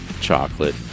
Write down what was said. chocolate